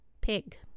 pig